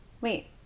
Wait